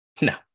No